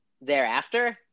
thereafter